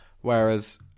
Whereas